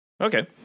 okay